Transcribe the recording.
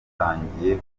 twatangiye